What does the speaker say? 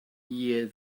year